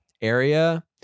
area